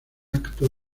acto